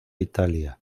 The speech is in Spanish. italia